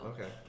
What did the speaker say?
okay